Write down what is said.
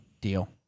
Deal